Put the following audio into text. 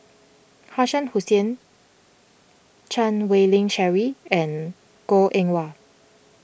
Shah Hussain Chan Wei Ling Cheryl and Goh Eng Wah